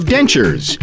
Dentures